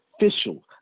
official